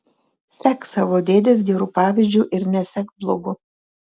sek savo dėdės geru pavyzdžiu ir nesek blogu